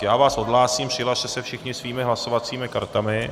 Já vás odhlásím, přihlaste se všichni svými hlasovacími kartami.